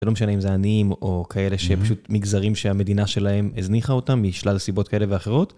זה לא משנה אם זה עניים או כאלה שפשוט מגזרים שהמדינה שלהם הזניחה אותם, משלל סיבות כאלה ואחרות.